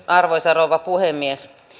arvoisa rouva puhemies